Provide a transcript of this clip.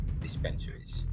dispensaries